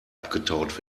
abgetaut